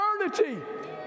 eternity